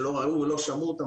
שלא ראו ולא שמעו אותם,